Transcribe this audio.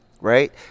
right